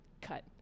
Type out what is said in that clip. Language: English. Cut